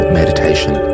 meditation